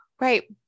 Right